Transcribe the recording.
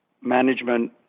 management